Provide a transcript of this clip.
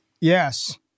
Yes